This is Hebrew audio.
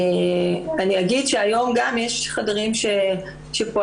אני אגיד שהיום יש גם חדרים שפועלים